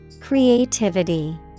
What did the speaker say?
Creativity